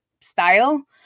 style